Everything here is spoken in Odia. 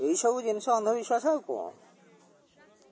ଏଇ ସବୁ ଜିନିଷ ଅନ୍ଧବିଶ୍ୱାସ ଆଉ କ'ଣ